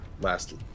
Last